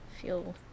feel